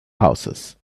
houses